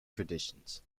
traditions